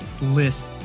list